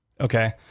okay